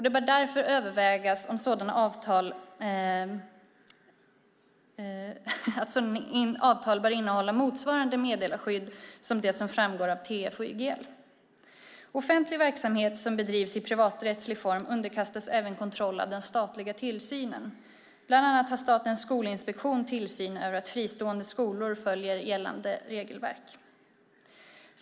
Det bör därför övervägas om sådana avtal bör innehålla motsvarande meddelarskydd som det som framgår av TF och YGL. Offentlig verksamhet som bedrivs i privaträttslig form underkastas även kontroll av den statliga tillsynen. Bland annat har Statens skolinspektion tillsyn över att fristående skolor följer gällande regelverk.